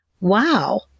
Wow